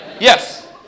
Yes